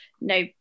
no